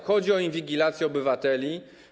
Chodzi o inwigilację obywateli.